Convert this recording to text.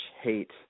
hate